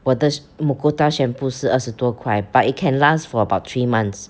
我的 Mucota shampoo 是二十多块 but it can last for about three months